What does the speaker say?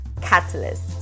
catalyst